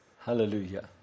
Hallelujah